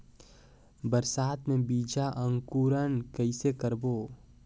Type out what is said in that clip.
बरसात मे बीजा अंकुरण कइसे करबो?